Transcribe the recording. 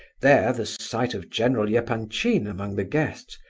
there, the sight of general yeah epanchin among the guests,